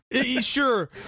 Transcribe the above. Sure